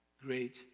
great